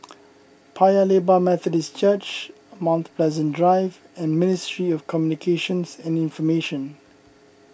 Paya Lebar Methodist Church Mount Pleasant Drive and Ministry of Communications and Information